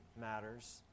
matters